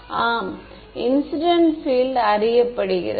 மாணவர் ஆம் incident field அறியப்படுகிறது